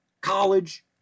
college